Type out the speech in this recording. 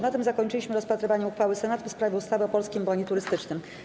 Na tym zakończyliśmy rozpatrywanie uchwały Senatu w sprawie ustawy o Polskim Bonie Turystycznym.